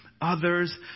others